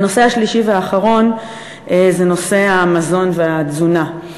והנושא השלישי והאחרון זה נושא המזון והתזונה.